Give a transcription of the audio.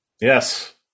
Yes